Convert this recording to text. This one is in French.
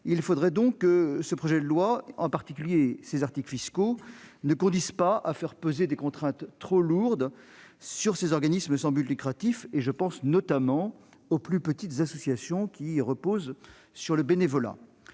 ne faudrait donc pas que ce projet de loi, en particulier ses articles fiscaux, conduise à faire peser des contraintes trop lourdes sur ces organismes sans but lucratif, notamment sur les plus petites associations qui reposent sur le bénévolat.